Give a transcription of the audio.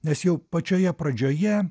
nes jau pačioje pradžioje